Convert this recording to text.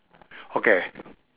okay